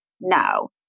no